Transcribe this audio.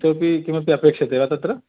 इतोपि किमपि अपेक्षते वा तत्र